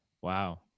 Wow